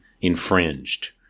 infringed